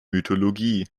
mythologie